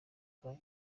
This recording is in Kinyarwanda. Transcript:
kwa